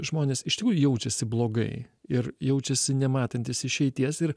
žmonės iš tikrųjų jaučiasi blogai ir jaučiasi nematantys išeities ir